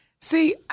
See